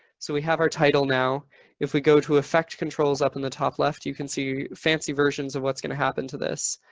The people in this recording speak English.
so we have our title. now if we go to effect controls up in the top left, you can see fancy versions of what's going to happen to this.